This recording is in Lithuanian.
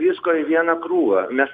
visko į vieną krūvą mes